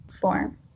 form